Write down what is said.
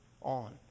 on